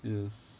yes